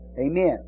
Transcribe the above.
Amen